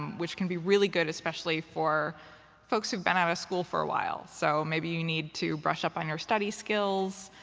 which can be really good, especially for folks who've been out of school for a while. so maybe you need to brush up on your study skills,